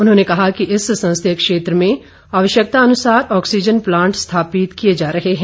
उन्होंने कहा कि इस संसदीय क्षेत्र में आवश्यकता अनुसार ऑक्सीजन प्लांट स्थापित किए जा रहे हैं